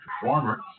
performer